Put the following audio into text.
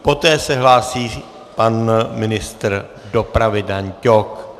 Poté se hlásí pan ministr dopravy Dan Ťok.